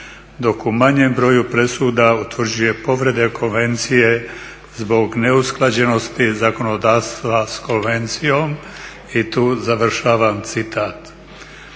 dok u manjem broju presuda utvrđuje povrede konvencije zbog neusklađenosti zakonodavstva s konvencijom" i tu završavam citat.